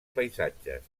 paisatges